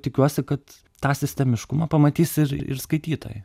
tikiuosi kad tą sistemiškumą pamatys ir ir skaitytojai